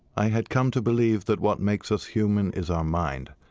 i had come to believe that what makes us human is our mind.